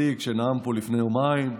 כוותיק שנאם פה לפני יומיים.